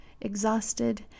exhausted